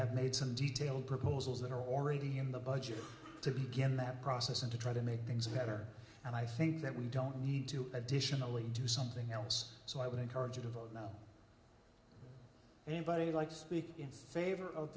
have made some detailed proposals that are already in the budget to get that process and to try to make things better and i think that we don't need to additionally do something else so i would encourage you to vote no anybody would like to speak in favor of